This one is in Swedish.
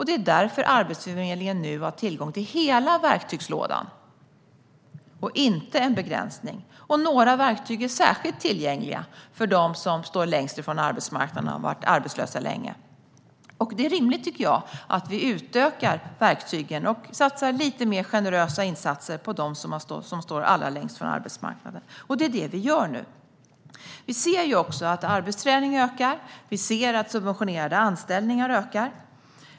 Det är därför Arbetsförmedlingen nu har tillgång till hela verktygslådan utan begränsning, och vissa verktyg är särskilt tillgängliga för dem som står längst från arbetsmarknaden och har varit arbetslösa länge. Det är rimligt att vi utökar verktygslådan och satsar på lite mer generösa insatser för dem som står allra längst från arbetsmarknaden, och det är det vi nu gör. Vi ser också att arbetsträning och subventionerade anställningar ökar.